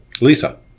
Lisa